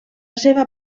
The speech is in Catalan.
seva